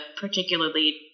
particularly